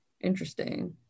interesting